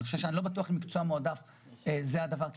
אני לא בטוח שמקצוע מועדף זה הדבר הנכון לעשות,